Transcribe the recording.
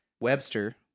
webster